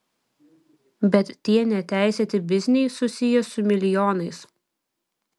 bet tie neteisėti bizniai susiję su milijonais